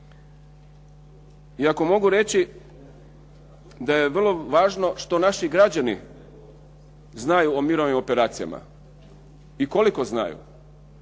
I ako mogu reći da je vrlo važno što naši građani znaju o mirovnim operacijama i koliko znaju.